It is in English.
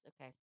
okay